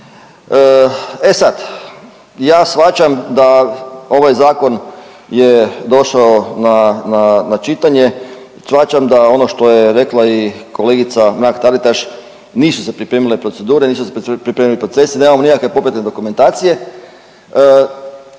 E sad, ja shvaćam da ovaj zakon je došao na čitanje, shvaćam da ono što je rekla i kolegica Mrak Taritaš nisu se pripremile procedure, nisu se pripremili procesi, nemamo nikakve popratne dokumentacije.